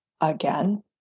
again